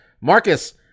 Marcus